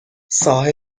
ساحل